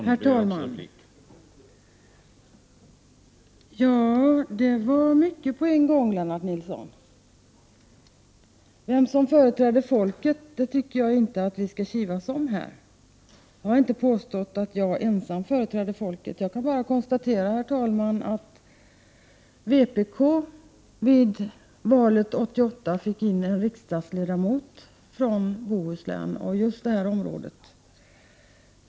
Herr talman! Det var mycket på en gång, Lennart Nilsson. Vem som företräder folket tycker jag inte att vi skall kivas om här. Jag har inte påstått att jag ensam företräder folket. Jag kan bara konstatera att vpk vid valet 1988 fick in en riksdagsledamot från Bohuslän och från just detta område.